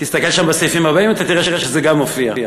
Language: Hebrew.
תסתכל שם בסעיפים הבאים, אתה תראה שזה גם מופיע.